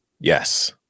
Yes